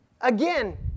Again